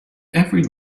every